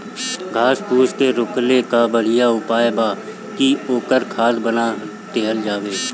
घास फूस के रोकले कअ बढ़िया उपाय बा कि ओकर खाद बना देहल जाओ